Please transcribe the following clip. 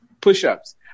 push-ups